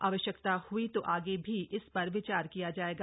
आवश्यकता हुई तो आगे भी इस पर विचार किया जाएगा